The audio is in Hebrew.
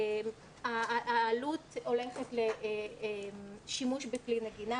העלות הולכת לשימוש בכלי נגינה,